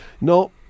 no